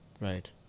Right